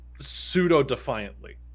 pseudo-defiantly